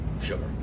Sugar